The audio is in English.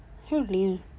so lame